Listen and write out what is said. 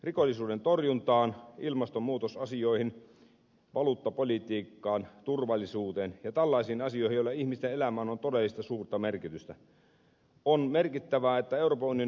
rikollisuuden torjuntaan ilmastonmuutosasioihin valuuttapolitiikkaan turvallisuuteen ja tällaisiin asioihin joilla ihmisten elämään on todellista suurta merkitystä